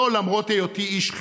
תודה רבה.